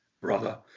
brother